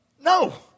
No